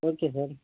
okay sir